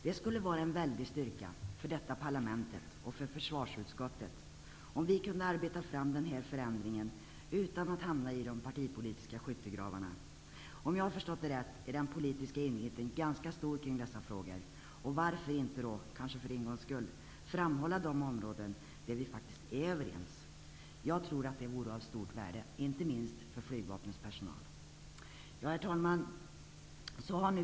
Det skulle vara en väldig styrka för detta parlament och för försvarsutskottet om vi kunde arbeta fram den här förändringen utan att hamna i de partipolitiska skyttegravarna. Om jag har förstått det rätt är den politiska enigheten ganska stor kring dessa frågor. Varför inte, för en gångs skull, framhålla de områden där vi faktiskt är överens? Jag tror att det vore av stort värde, inte minst för flygvapnets personal. Herr talman!